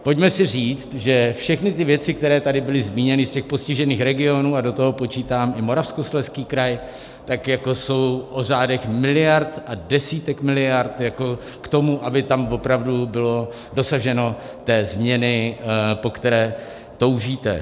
Pojďme si říct, že všechny ty věci, které tady byly zmíněny z těch postižených regionů, a do toho počítám i Moravskoslezský kraj, jsou o řádech miliard a desítek miliard k tomu, aby tam opravdu bylo dosaženo té změny, po které toužíte.